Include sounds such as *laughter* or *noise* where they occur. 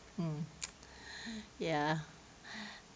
mm *breath* ya *breath*